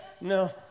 No